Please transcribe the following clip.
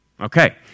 Okay